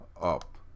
up